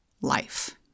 life